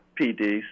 PDs